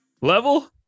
Level